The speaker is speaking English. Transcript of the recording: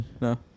no